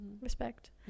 Respect